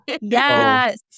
Yes